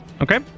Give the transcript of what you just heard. Okay